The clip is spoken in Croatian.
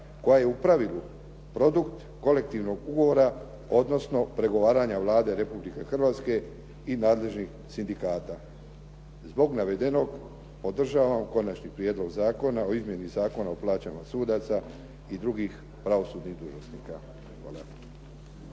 koja je u pravilu produkt kolektivnog ugovora, odnosno pregovaranja Vlade Republike Hrvatske i nadležnih sindikata. Zbog navedenog podržavam Konačni prijedlog zakona o izmjeni Zakona o plaćama sudaca i drugih pravosudnih dužnosnika. Hvala.